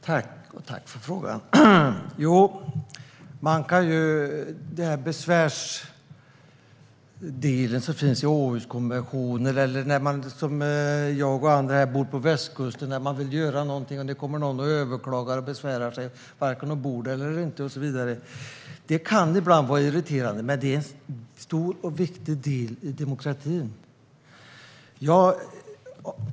Fru talman! Tack för frågan, Anders Forsberg! När det gäller besvärsdelen i Århuskonventionen kan det vara irriterande till exempel när man som jag och andra här bor på västkusten och vill göra någonting och någon överklagar och besvärar sig oavsett om de bor där eller inte. Det kan ibland vara irriterande, men det är en stor och viktig del i demokratin.